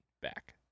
back